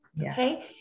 okay